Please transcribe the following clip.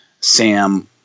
Sam